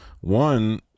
One